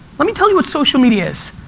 let me tell you what social media is,